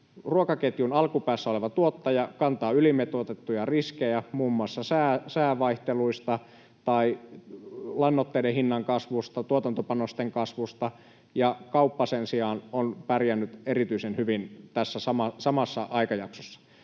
Ruokaketjun alkupäässä oleva tuottaja kantaa ylimitoitettuja riskejä muun muassa säävaihteluista tai lannoitteiden hinnan kasvusta, tuotantopanosten kasvusta, ja kauppa sen sijaan on pärjännyt erityisen hyvin tässä samassa aikajaksossa.